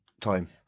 time